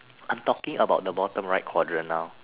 I'm talking about the bottom right quadrant now